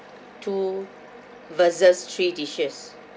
two versus three dishes